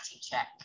check